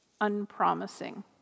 unpromising